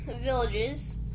villages